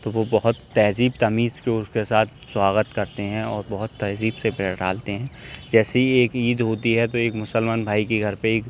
تو وہ بہت تہذیب تمیز کے اُس کے ساتھ سواگت کرتے ہیں اور بہت تہذیب سے بٹھالتے ہیں جیسے یہ ایک عید ہوتی تو ایک مسلمان بھائی کے گھر پہ ایک